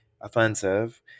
offensive